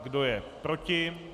Kdo je proti?